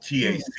TAC